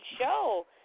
show